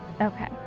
Okay